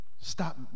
Stop